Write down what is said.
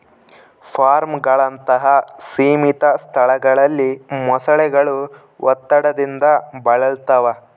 ಫಾರ್ಮ್ಗಳಂತಹ ಸೀಮಿತ ಸ್ಥಳಗಳಲ್ಲಿ ಮೊಸಳೆಗಳು ಒತ್ತಡದಿಂದ ಬಳಲ್ತವ